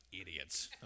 idiots